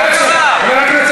איציק, אני מגינה על כל החיילים.